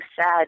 sad